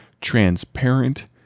transparent